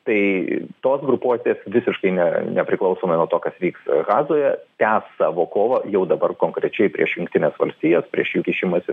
tai tos grupuotės visiškai ne nepriklausomai nuo to kas vyks gazoje tęsti savo kovą jau dabar konkrečiai prieš jungtines valstijas prieš jų kišimąsi